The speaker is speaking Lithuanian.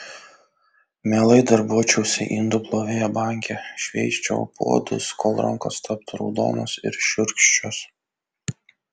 mielai darbuočiausi indų plovėja banke šveisčiau puodus kol rankos taptų raudonos ir šiurkščios